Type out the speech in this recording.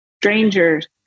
strangers